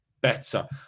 better